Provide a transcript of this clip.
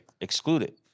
excluded